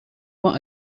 what